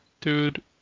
dude